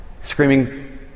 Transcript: screaming